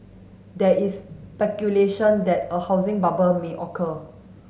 there is speculation that a housing bubble may occur